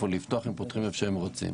לפתוח אלא הן פותחות היכן שהן רוצות.